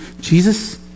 Jesus